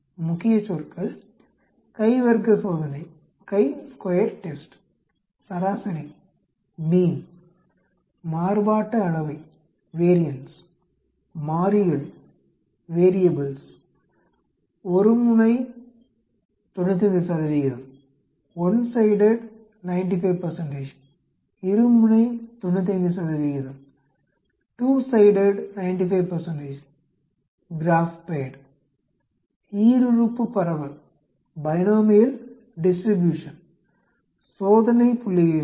முக்கியச்சொற்கள் கை வர்க்க சோதனை சராசரி மாறுபாட்டு அளவை மாறிகள் ஒருமுனை 95 one sided 95 இருமுனை 95 two sided 95 க்ராப்பேட் ஈருறுப்பு பரவல் சோதனை புள்ளிவிவரம்